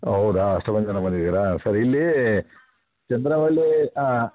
ಹೌದಾ ಅಷ್ಟೊಂದು ಜನ ಬಂದಿದ್ದೀರಾ ಸರಿ ಇಲ್ಲಿ ಚಂದ್ರವಳ್ಳಿ ಆಂ